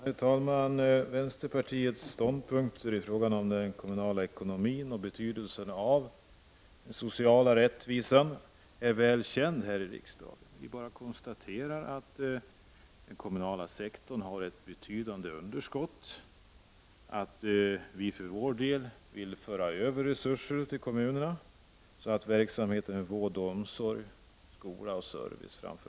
Herr talman! Vänsterpartiets ståndpunkter i fråga om den kommunala ekonomin och betydelsen av social rättvisa är väl känd här i riksdagen. Vi bara konstaterar att den kommunala sektorn har ett betydande underskott, och vi vill för vår del föra över resurser till kommunerna, så att verksamheter inom framför allt vård och omsorg samt skola och service säkras.